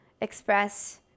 express